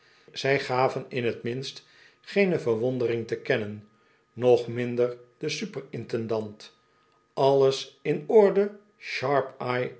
zij gaven in t minst geene verwondering te kennen nog minder de super intendant alles in orde sharpeye